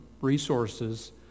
resources